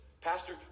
Pastor